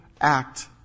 act